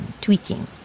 tweaking